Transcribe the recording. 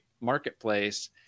marketplace